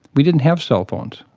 we didn't have cellphones,